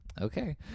okay